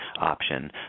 option